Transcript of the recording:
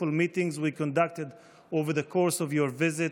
meetings we conducted over the course of your visit.